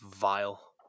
vile